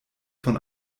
von